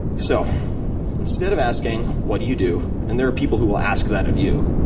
so instead of asking, what do you do? and there are people who will ask that of you,